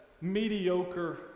mediocre